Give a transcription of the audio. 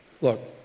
Look